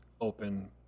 open